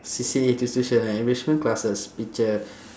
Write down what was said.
C_C_A t~ tuition enrichment classes teacher